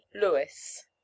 lewis